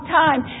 time